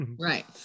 right